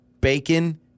bacon